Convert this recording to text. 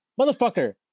motherfucker